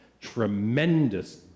tremendous